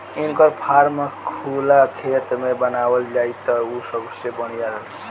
इनकर फार्म खुला खेत में बनावल जाई त उ सबसे बढ़िया रही